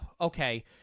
Okay